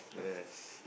yes